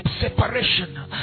separation